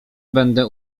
będę